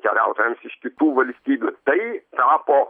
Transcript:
keliautojams iš kitų valstybių tai tapo